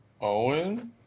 Owen